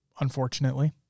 unfortunately